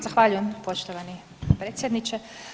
Zahvaljujem poštovani predsjedniče.